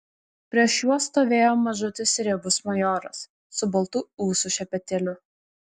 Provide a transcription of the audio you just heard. prieš juos stovėjo mažutis riebus majoras su baltu ūsų šepetėliu